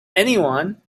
anyone